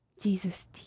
jesus